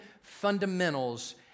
fundamentals